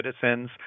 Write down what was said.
citizens